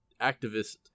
activist